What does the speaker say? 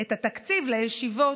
את התקציב לישיבות,